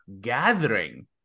gathering